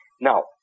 Now